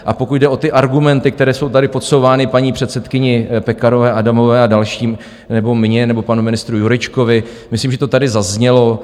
A pokud jde o ty argumenty, které jsou tady podsouvány paní předsedkyni Pekarové Adamové a dalším, nebo mně, nebo panu ministru Jurečkovi, myslím, že to tady zaznělo.